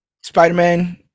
spider-man